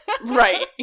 Right